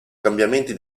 cambiamenti